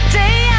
day